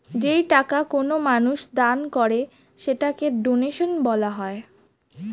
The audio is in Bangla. যেই টাকা কোনো মানুষ দান করে সেটাকে ডোনেশন বলা হয়